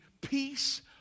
peace